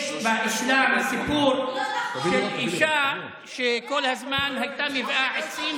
יש באסלאם סיפור של אישה שכל הזמן הייתה מביאה עצים,